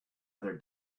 other